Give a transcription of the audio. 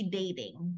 dating